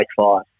five